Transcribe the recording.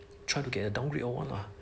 try to get a downgrade or what lah